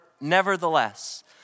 nevertheless